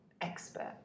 expert